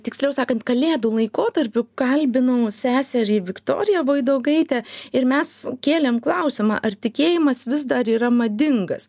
tiksliau sakant kalėdų laikotarpiu kalbinau seserį viktoriją voidogaitę ir mes kėlėm klausimą ar tikėjimas vis dar yra madingas